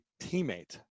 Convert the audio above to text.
teammate